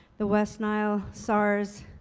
the west nile, sars,